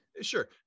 sure